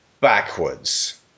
backwards